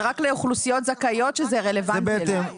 זה רק לאוכלוסיות זכאיות שזה רלוונטי לגביהן.